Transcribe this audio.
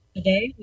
Today